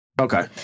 Okay